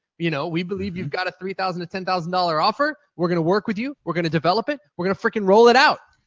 you know, we believe that you've got a three thousand to ten thousand dollar offer. we're going to work with you. we're going to develop it. we're going to frickin' role it out!